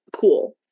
cool